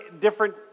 different